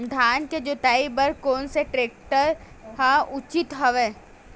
धान के जोताई बर कोन से टेक्टर ह उचित हवय?